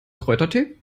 kräutertee